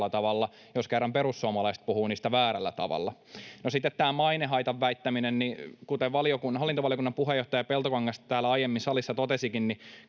jos kerran perussuomalaiset puhuvat niistä väärällä tavalla? No, sitten tämä mainehaitan väittäminen. Kuten hallintovaliokunnan puheenjohtaja Peltokangas täällä aiemmin salissa totesikin,